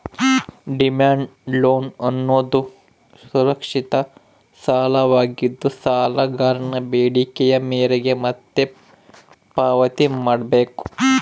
demand loan ಅನ್ನೋದುದು ಸುರಕ್ಷಿತ ಸಾಲವಾಗಿದ್ದು, ಸಾಲಗಾರನ ಬೇಡಿಕೆಯ ಮೇರೆಗೆ ಮತ್ತೆ ಪಾವತಿ ಮಾಡ್ಬೇಕು